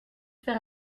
faire